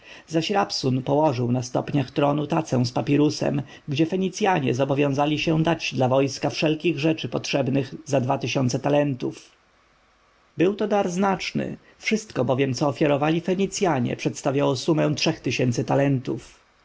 zaś rabsun położył na stopniach tronu tacę z papirusem gdzie fenicjanie zobowiązali się dać dla wojska wszelkich rzeczy potrzebnych za dwa tysiące talentów był to dar znaczny wszystko bowiem co ofiarowali fenicjanie przedstawiało sumę trzech tysięcy talentów